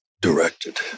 directed